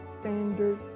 Standard